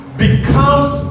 becomes